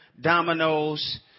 dominoes